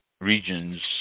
regions